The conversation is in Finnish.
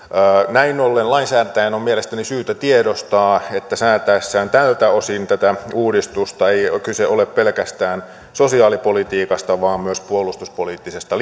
näin ollen lainsäätäjän on mielestäni syytä tiedostaa että sen säätäessä tältä osin tätä uudistusta ei kyse ole pelkästään sosiaalipolitiikasta vaan myös puolustuspoliittisesta